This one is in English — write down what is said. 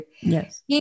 Yes